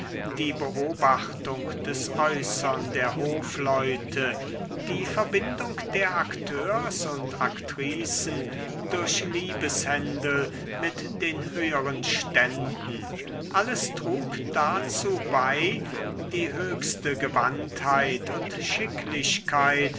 die beobachtung des äußern der hofleute die verbindung der akteurs und aktricen durch liebeshändel mit den höheren ständen alles trug dazu bei die höchste gewandtheit und